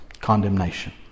Condemnation